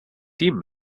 team